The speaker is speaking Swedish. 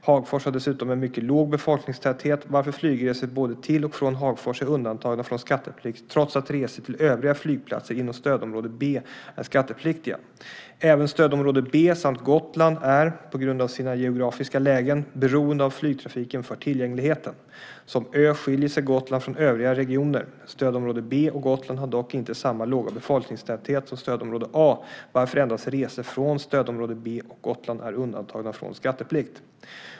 Hagfors har dessutom en mycket låg befolkningstäthet varför flygresor både till och från Hagfors är undantagna från skatteplikt trots att resor till övriga flygplatser inom stödområde B är skattepliktiga. Även stödområde B samt Gotland är, på grund av sina geografiska lägen, beroende av flygtrafiken för tillgängligheten. Som ö skiljer sig Gotland från övriga regioner. Stödområde B och Gotland har dock inte samma låga befolkningstäthet som stödområde A varför endast resor från stödområde B och Gotland är undantagna från skatteplikt.